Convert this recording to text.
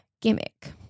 gimmick